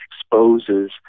exposes